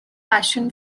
passion